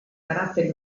caratteri